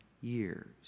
years